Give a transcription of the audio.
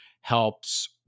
helps